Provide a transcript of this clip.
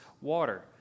water